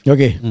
Okay